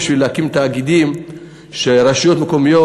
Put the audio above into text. להקים תאגידים כדי שרשויות מקומיות,